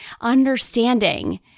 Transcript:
understanding